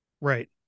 Right